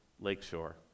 lakeshore